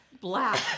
black